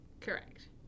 Correct